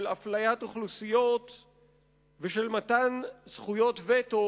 של אפליית אוכלוסיות ושל מתן זכויות וטו